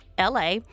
LA